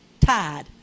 tied